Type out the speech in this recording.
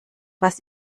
was